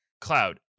cloud